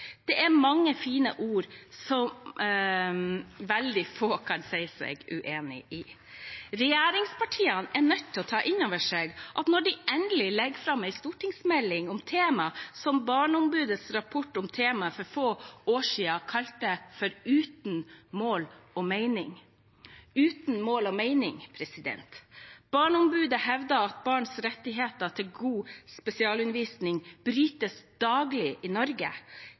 Det er mange fine ord som veldig få kan si seg uenig i. Regjeringspartiene er nødt til å ta inn over seg, når de endelig legger fram en stortingsmelding om dette, at Barneombudets rapport om temaet for få år siden ble kalt «Uten mål og mening». Barneombudet hevdet at barns rettigheter til god spesialundervisning brytes daglig i Norge.